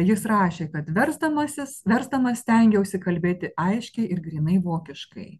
jis rašė kad versdamas jis versdamas stengiausi kalbėti aiškiai ir grynai vokiškai